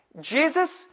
Jesus